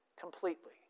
completely